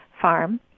farm